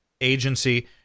Agency